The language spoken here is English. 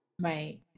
Right